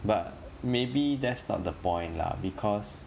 but maybe that's not the point lah because